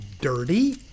dirty